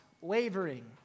wavering